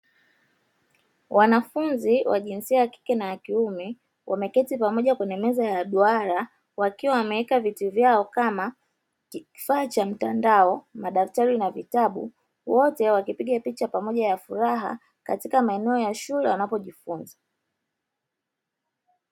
Wanafunzi wa jinsia ya kike na wakiume wameketi pamoja kwenye meza ya duara, wakiwa wameweka viti vyao kama kifaa cha mtandao, wote wakipiga picha ya pamoja ya furaha katika maeneo ya shule wanapojifunza.